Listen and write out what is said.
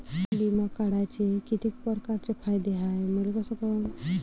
बिमा काढाचे कितीक परकारचे फायदे हाय मले कस कळन?